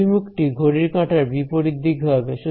অভিমুখটি ঘড়ির কাঁটার বিপরীত দিকে হবে